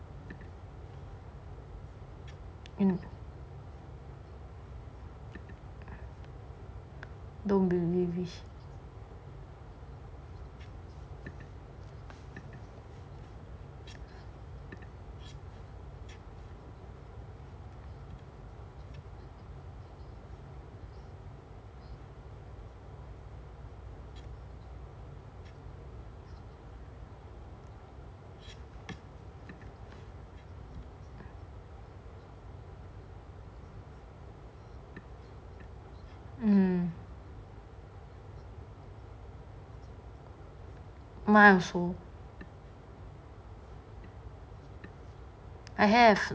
mm don't believe this mm mine also